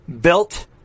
built